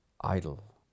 idle